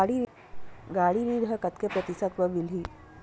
गाड़ी ऋण ह कतेक प्रतिशत म मिलही?